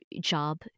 job